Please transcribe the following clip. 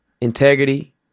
integrity